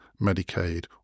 Medicaid